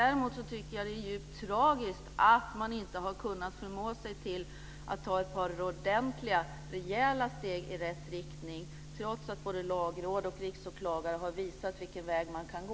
Däremot tycker jag att det är djupt tragiskt att man inte har kunnat förmå sig till att ta ett par ordentliga, rejäla steg i rätt riktning trots att både lagråd och riksåklagare har visat vilken väg man kan gå.